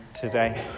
today